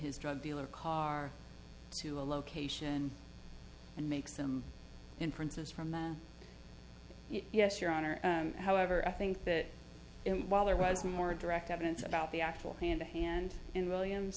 his drug dealer car to a location and makes them in princes from the yes your honor however i think that while there was more direct evidence about the actual hand to hand in williams